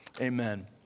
amen